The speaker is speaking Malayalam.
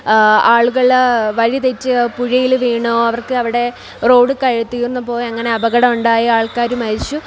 ആളുകൾ വഴിതെറ്റി പുഴയിൽ വീണു അവർക്ക് അവിടെ റോഡ് തീർന്നു പോയി അങ്ങനെ അപകടമുണ്ടായി ആൾക്കാർ മരിച്ചു